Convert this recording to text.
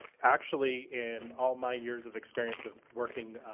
actually in all my years of experience of working